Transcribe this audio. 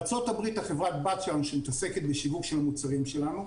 חברת הבת שלנו בארצות הברית שמתעסקת בשיווק של המוצרים שלנו,